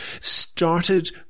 started